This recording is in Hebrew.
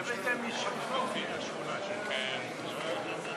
אני מתכבד להודיע לכנסת שעל פי סעיף 43